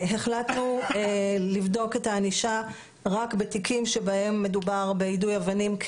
שהחלטנו לבדוק את הענישה רק בתיקים שבהם מדובר ביידוי אבנים,